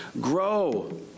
Grow